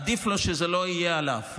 עדיף לו שזה לא יהיה עליו,